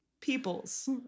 people's